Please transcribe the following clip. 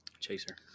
Chaser